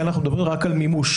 כאן אנחנו מדברים רק על מימוש,